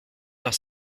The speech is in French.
dans